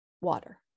water